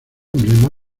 emblema